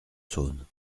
saône